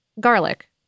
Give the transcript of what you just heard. garlic